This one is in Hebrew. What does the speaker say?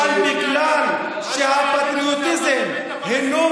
אבל בגלל שהפטריוטיזם הינו